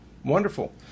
Wonderful